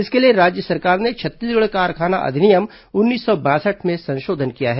इसके लिए राज्य सरकार ने छत्तीसगढ़ कारखाना अधिनियम उन्नीस सौ बासठ में संशोधन किया है